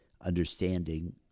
understanding